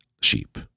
sheep